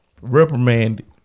reprimanded